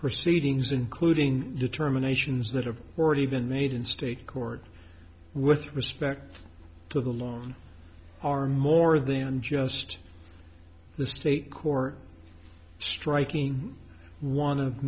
proceedings including determinations that are already been made in state court with respect to the law on are more than just the state court striking one of